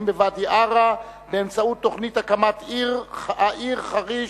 בוואדי-עארה באמצעות תוכנית הקמת העיר חריש.